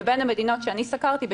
מבין המדינות שאני סקרתי,